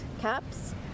Caps